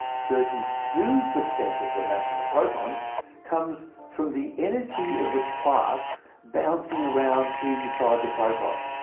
thirty two percent of the mass of the proton comes from the energy of ah quarks bouncing around inside the proton.